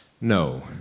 No